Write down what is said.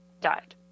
Died